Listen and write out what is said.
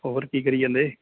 ਹੋਰ ਕੀ ਕਰੀ ਜਾਂਦੇ